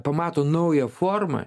pamato naują formą